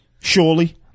surely